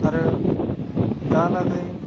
आरो दालागै